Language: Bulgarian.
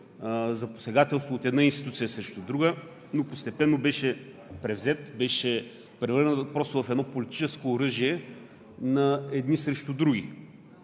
за посегателство от една институция срещу друга, но постепенно беше превзет, беше превърнат просто в едно политическо оръжие на едни срещу други,